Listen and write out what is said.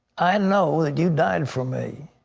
i know that you died for me.